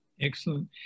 Excellent